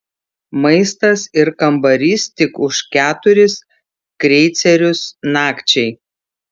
maistas ir kambarys tik už keturis kreicerius nakčiai